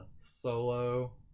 Solo